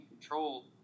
control